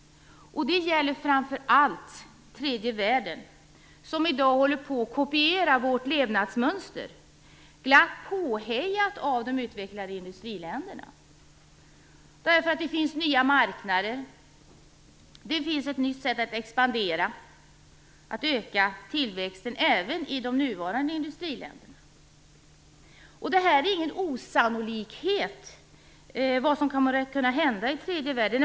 Det gäller framför allt tredje världen som i dag kopierar vårt levnadsmöster. Man är glatt påhejad av de utvecklade industriländerna därför att det finns nya marknader och ett nytt sätt att expandera och att öka tillväxten på, även i de nuvarande industriländerna. Det här är inte osannolikt. Det kan komma att hända i tredje världen.